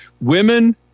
women